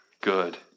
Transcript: good